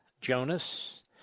Jonas